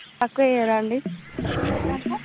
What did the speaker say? తక్కువే కదా అండి